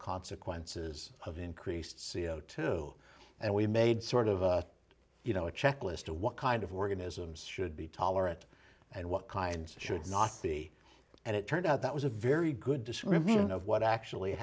consequences of increased c o two and we made sort of a you know a checklist of what kind of organisms should be tolerant and what kinds should not be and it turned out that was a very good description of what actually